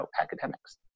academics